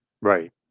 Right